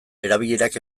erabilerak